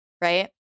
Right